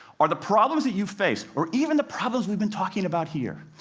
are the problems that you face, or even the problems we've been talking about here,